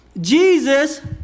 Jesus